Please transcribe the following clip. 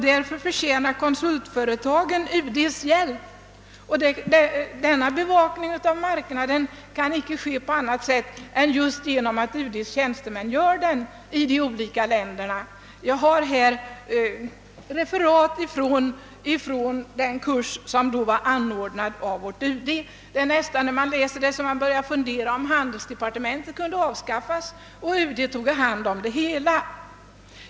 Därför förtjänar konsultföretagen UD:s hjälp.» Denna bevakning av marknaden kan icke ske på annat sätt än att just UD:s tjänstemän sköter den i de olika länderna. Jag har här citerat ett referat från den kurs som anordnades av UD. När man läser referatet i sin helhet börjar man nästan undra, om inte handelsdepartementet kunde avskaffas och UD ta hand om det hela.